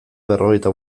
berrogeita